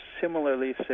similarly